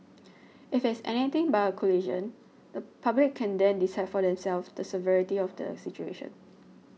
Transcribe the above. if it is anything but a collision the public can then decide for themselves the severity of the situation